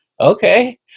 okay